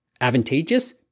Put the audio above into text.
advantageous